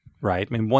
right